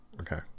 okay